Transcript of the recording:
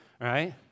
right